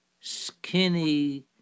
skinny